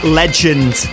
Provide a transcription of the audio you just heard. legend